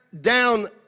down